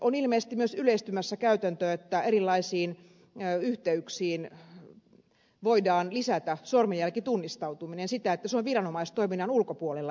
on ilmeisesti myös yleistymässä käytäntö että erilaisiin yhteyksiin voidaan lisätä sormenjälkitunnistautuminen ja se on viranomaistoiminnan ulkopuolella